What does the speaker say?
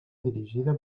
dirigida